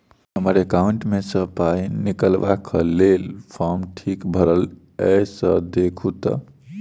हम्मर एकाउंट मे सऽ पाई निकालबाक लेल फार्म ठीक भरल येई सँ देखू तऽ?